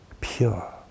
pure